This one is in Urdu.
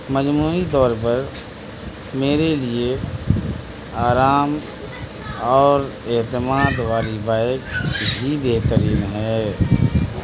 مجموعی طور پر میرے لیے آرام اور اعتماد والی بائک ہی بہترین ہے